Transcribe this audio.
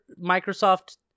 Microsoft